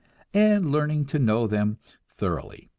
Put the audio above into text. and learning to know them thoroughly.